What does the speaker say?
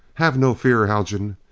have no fear, haljan.